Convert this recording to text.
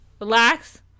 Relax